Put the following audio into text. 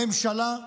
הממשלה,